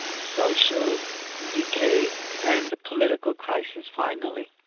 social decay and the political crisis finally.